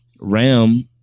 Ram